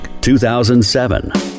2007